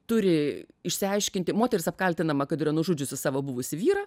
turi išsiaiškinti moteris apkaltinama kad yra nužudžiusi savo buvusį vyrą